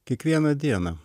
kiekvieną dieną